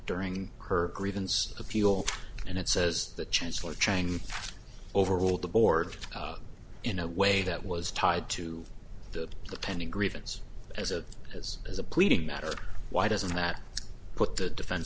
during her grievance appeal and it says the chancellor chang overruled the board in a way that was tied to the pending grievance as it is as a pleading matter why doesn't that put the defense